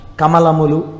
kamalamulu